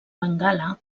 bengala